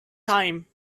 time